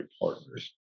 partners